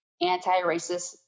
anti-racist